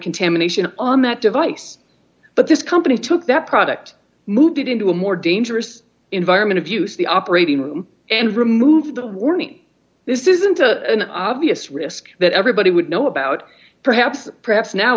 contamination on that device but this company took that product moved it into a more dangerous environment of use the operating room and removed the warning this isn't a obvious risk that everybody would know about perhaps perhaps now